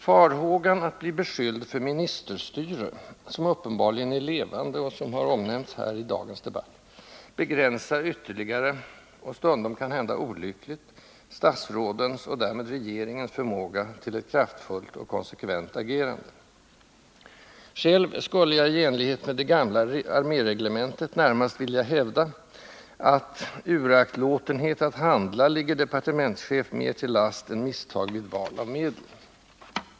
Farhågan att bli beskylld för ministerstyre, som uppenbarligen är levande och som har omnämnts här i dagens debatt, begränsar ytterligare — och stundom kanhända olyckligt — statsrådens och därmed regeringens förmåga till ett kraftfullt och konsekvent agerande. Själv skulle jag, i enlighet med det gamla arméreglementet, närmast vilja hävda att uraktlåtenhet att handla ligger departementschef mer till last än misstag vid val av medel.